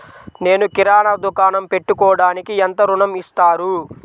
నేను కిరాణా దుకాణం పెట్టుకోడానికి ఎంత ఋణం ఇస్తారు?